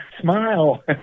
smile